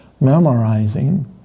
memorizing